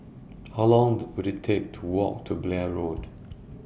How Long Will IT Take to Walk to Blair Road